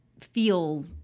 feel